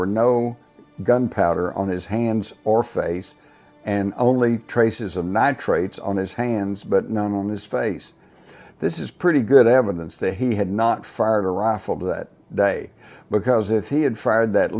were no gunpowder on his hands or face and only traces of nitrates on his hands but none on his face this is pretty good evidence that he had not fired a rifle that day because if he had fired that